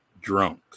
drunk